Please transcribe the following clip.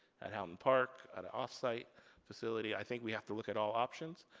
at highland park, at a off site facility. i think we have to look at all options.